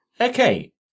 okay